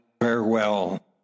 Farewell